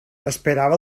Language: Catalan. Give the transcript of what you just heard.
esperava